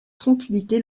tranquillité